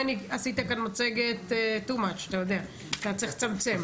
מני, עשית כאן מצגת גדולה מדי, אתה צריך לצמצם.